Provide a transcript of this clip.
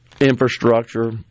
infrastructure